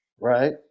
right